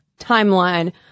timeline